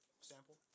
sample